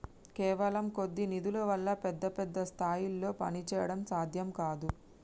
కేవలం కొద్ది నిధుల వల్ల పెద్ద పెద్ద స్థాయిల్లో పనిచేయడం సాధ్యం కాదు